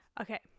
Okay